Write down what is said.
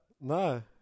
No